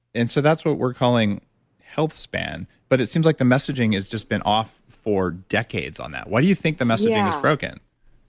and so that's what we're calling health span. but it seems like the messaging has just been off for decades on that. why do you think the messaging is broken?